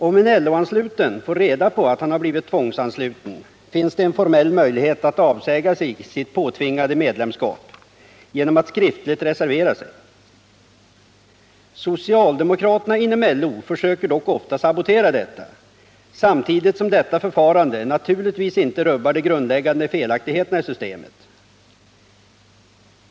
Om en LO-ansluten får reda på att han har blivit tvångsansluten finns det en formell möjlighet att avsäga sig sitt påtvingade medlemskap genom att skriftligt reservera sig. Socialdemokraterna inom LO försöker dock ofta sabotera detta, samtidigt som detta förfarande naturligtvis inte rubbar de grundläggande felaktigheterna i systemet.